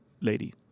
lady